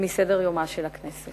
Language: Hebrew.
את הנושא מסדר-יומה של הכנסת.